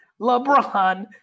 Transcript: LeBron